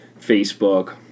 Facebook